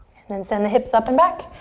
and then send the hips up and back.